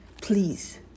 Please